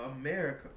America